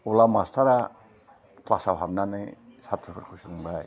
अब्ला मास्टारा क्लासाव हाबनानै सात्र'फोरखौ सोंबाय